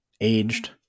aged